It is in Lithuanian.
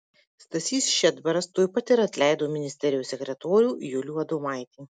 stasys šedbaras tuoj pat ir atleido ministerijos sekretorių julių adomaitį